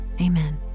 amen